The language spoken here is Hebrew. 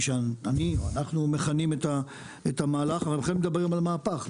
שאני או אנחנו מכנים את המהלך אבל מדברים על מהפך.